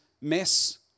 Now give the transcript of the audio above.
mess